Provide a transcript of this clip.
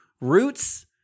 roots